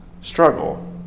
struggle